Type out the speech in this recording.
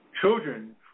children